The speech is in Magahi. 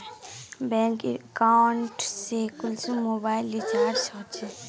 बैंक अकाउंट से कुंसम मोबाईल रिचार्ज होचे?